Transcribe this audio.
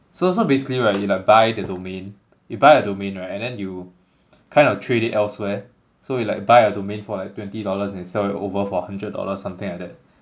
so so basically right you like buy the domain you buy a domain right and then you kind of trade it elsewhere so you like buy a domain for like twenty dollars and sell it over for hundred dollars something like that